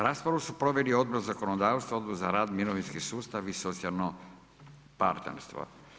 Raspravu su proveli Odbor za zakonodavstvo, Odbor za rad, mirovinski sustav i socijalno partnerstvo.